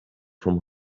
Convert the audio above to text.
from